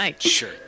sure